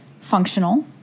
functional